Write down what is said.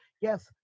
yes